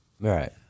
Right